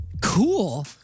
Cool